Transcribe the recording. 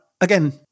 Again